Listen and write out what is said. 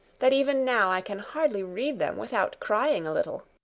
that even now i can hardly read them without crying a little.